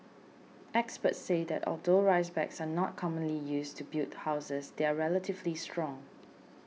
experts say that although rice bags are not commonly used to build houses they are relatively strong